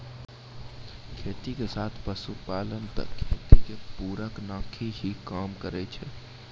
खेती के साथ पशुपालन त खेती के पूरक नाकी हीं काम करै छै